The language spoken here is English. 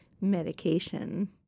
medication